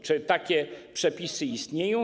Czy takie przepisy istnieją?